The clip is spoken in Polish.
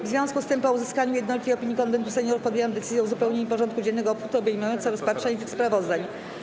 W związku z tym, po uzyskaniu jednolitej opinii Konwentu Seniorów, podjęłam decyzję o uzupełnieniu porządku dziennego o punkty obejmujące rozpatrzenie tych sprawozdań.